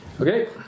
Okay